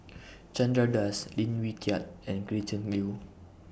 Chandra Das Lim Wee Kiak and Gretchen Liu